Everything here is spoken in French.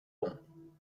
bon